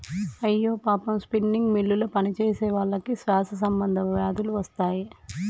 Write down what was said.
అయ్యో పాపం స్పిన్నింగ్ మిల్లులో పనిచేసేవాళ్ళకి శ్వాస సంబంధ వ్యాధులు వస్తాయి